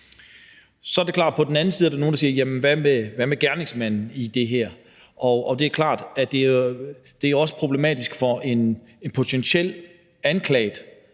danske Folketing. På den anden side er der nogle, der siger: Hvad med gerningsmanden i det her? Det er klart, at det også er problematisk for en potentielt anklaget,